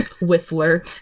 whistler